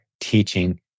teaching